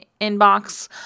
inbox